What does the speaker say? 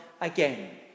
again